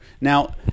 Now